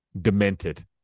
Demented